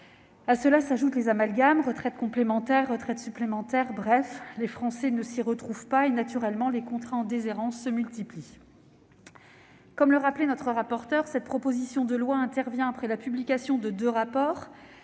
À cela s'ajoutent les amalgames entre retraite complémentaire, retraite supplémentaire, etc. Bref, les Français ne s'y retrouvent pas et, naturellement, les contrats en déshérence se multiplient. Comme le rappelait notre rapporteur, cette proposition de loi intervient après la publication de deux rapports,